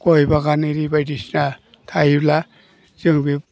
गय बागान एरि बायदिसिना थायोब्ला जों बे